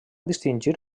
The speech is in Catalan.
distingir